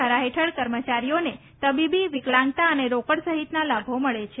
ધારા હેઠળ કર્મચારીઓને તબીબી વિકલાંગતા અને રોકડ સહિતના લાભો મળે છે